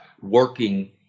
working